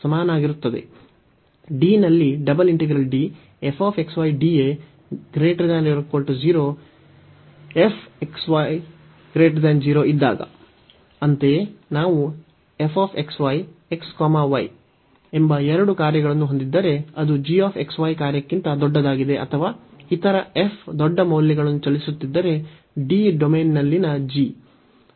D ನಲ್ಲಿ ಅಂತೆಯೇ ನಾವು fxy x y ಎಂಬ ಎರಡು ಕಾರ್ಯಗಳನ್ನು ಹೊಂದಿದ್ದರೆ ಅದು g x y ಕಾರ್ಯಕ್ಕಿಂತ ದೊಡ್ಡದಾಗಿದೆ ಅಥವಾ ಇದರ f ದೊಡ್ಡ ಮೌಲ್ಯಗಳನ್ನು ಚಲಿಸುತ್ತಿದ್ದರೆ D ಡೊಮೇನ್ನಲ್ಲಿನ g